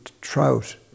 trout